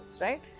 right